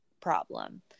problem